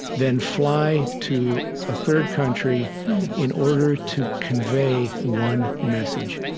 then fly to a third country in order to convey one message.